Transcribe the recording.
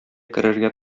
керергә